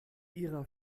ihrer